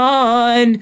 on